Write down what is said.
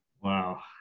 Wow